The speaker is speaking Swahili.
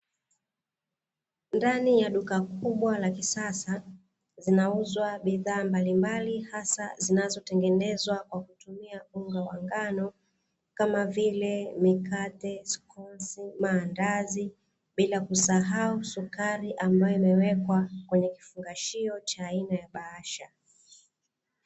Ndani ya duka kubwa la kisasa zinauzwa bidhaa mbalimbali, hasa zinazotengenezwa kwa kutumia unga wa ngano kama vile:mikate, skonzi, maandazi bila kusahau sukari ambayo imewekwa kwenye kifungashio cha aina ya bahasha.